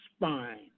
spine